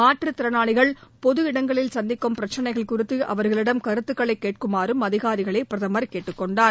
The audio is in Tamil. மாற்றுத்திறனாளிகள் பொது இடங்களில் சந்திக்கும் பிரச்னைகள் குறிதது அவர்களிடம் கருத்துக்களைக் கேட்குமாறும் அதிகாரிகளை பிரதமர் கேட்டுக் கொண்டார்